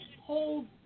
hold